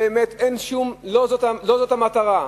שלא זו המטרה,